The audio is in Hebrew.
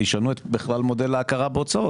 ישנו בכלל את מודל ההכרה בהוצאות,